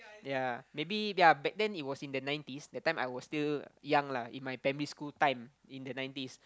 ya maybe ya back then it was in the nineties that time I was still young lah in my primary school time in the nineties